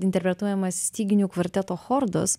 interpretuojamas styginių kvarteto chordos